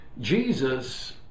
Jesus